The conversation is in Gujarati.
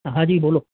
હા જી બોલો